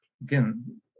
again